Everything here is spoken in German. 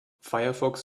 firefox